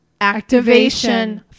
activation